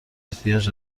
احتیاج